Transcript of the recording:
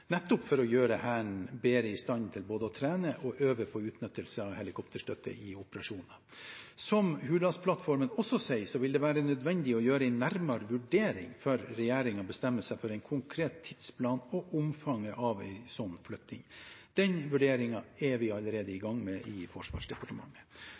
nettopp for å gjøre Hæren bedre i stand til både å trene og å øve på utnyttelse av helikopterstøtte i operasjoner. Som Hurdalsplattformen også sier, vil det være nødvendig å gjøre en nærmere vurdering før regjeringen bestemmer seg for en konkret tidsplan og omfanget av en sånn flytting. Den vurderingen er vi allerede i